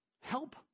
help